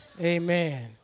Amen